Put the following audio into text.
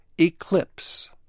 Eclipse